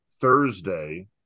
Thursday